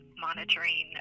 monitoring